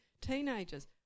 Teenagers